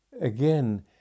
again